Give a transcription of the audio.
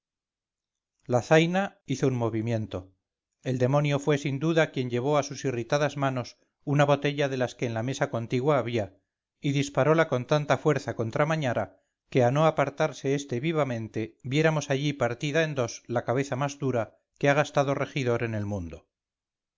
la zaina hizo un movimiento el demonio fue sin duda quien llevó a sus irritadas manos una botella de las que en la mesa contigua había y disparola con tanta fuerza contra mañara que a no apartarse este vivamente viéramos allí partida en dos la cabeza más dura que ha gastado regidor en el mundo